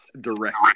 direct